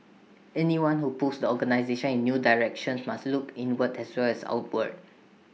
anyone who pulls the organisation in new directions must look inward as well as outward